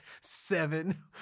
Seven